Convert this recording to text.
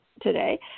today